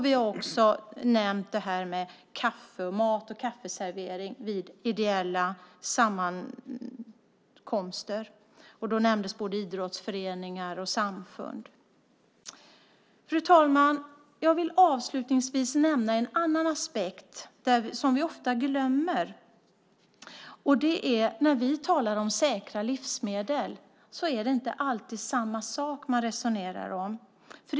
Vi har också nämnt mat och kaffeservering vid ideella sammankomster. Då nämndes både idrottsföreningar och samfund. Fru talman! Jag vill avslutningsvis nämna en annan aspekt, som vi ofta glömmer. Det är att när vi talar om säkra livsmedel är det inte alltid samma sak man resonerar om.